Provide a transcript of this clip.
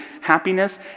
happiness